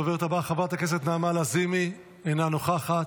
הדוברת הבאה, חברת הכנסת נעמה לזימי, אינה נוכחת,